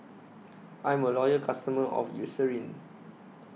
I'm A Loyal customer of Eucerin